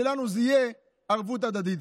ולנו זו תהיה ערבות הדדית.